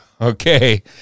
Okay